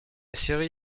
série